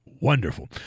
wonderful